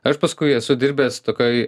aš paskui esu dirbęs tokioje